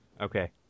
Okay